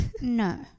No